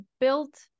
built